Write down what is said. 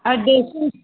और ड्रेसिंग